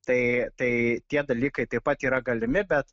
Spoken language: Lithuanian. tai tai tie dalykai taip pat yra galimi bet